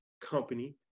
company